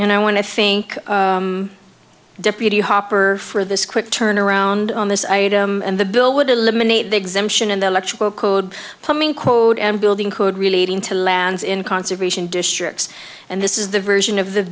and i want i think deputy hopper for this quick turnaround on this item and the bill would eliminate the exemption in the electrical code plumbing code and building code relating to lands in conservation districts and this is the version of the